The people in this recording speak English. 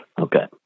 Okay